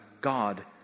God